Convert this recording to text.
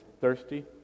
thirsty